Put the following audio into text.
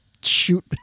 shoot